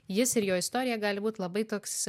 jis ir jo istorija gali būt labai toks